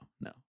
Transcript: no